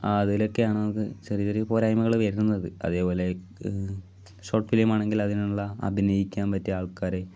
അതിലൊക്കെയാണ് നമുക്ക് ചെറിയൊരു പോരായ്മകൾ വരുന്നത് അതേപോലെ ഷോർട് ഫിലിം ആണെങ്കിൽ അതിനുള്ള അഭിനയിക്കാൻ പറ്റിയ ആൾക്കാർ